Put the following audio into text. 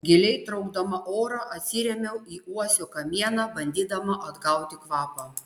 giliai traukdama orą atsirėmiau į uosio kamieną bandydama atgauti kvapą